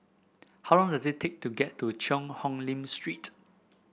how long does it take to get to Cheang Hong Lim Street